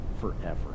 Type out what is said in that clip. forever